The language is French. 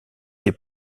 des